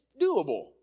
doable